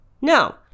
No